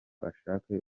ashake